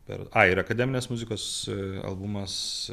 per ai ir akademinės muzikos albumas